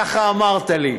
ככה אמרת לי.